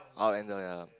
up and down yeah